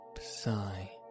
sigh